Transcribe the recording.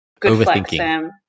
overthinking